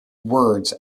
words